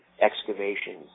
excavations